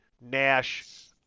Nash